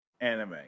anime